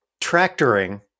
Tractoring